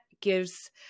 gives